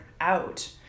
out